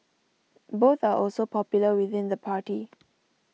both are also popular within the party